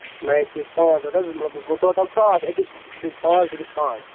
night fees پانٛژھ ہَتھ حظ گوٚو ٹوٹَل ساس أکِس پانٛژھ بیٚکِس پانٛژھ